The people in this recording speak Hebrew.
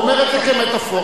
הוא אומר את זה כמטאפורה.